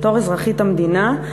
בתור אזרחית המדינה,